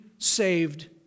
saved